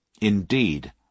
Indeed